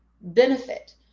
benefit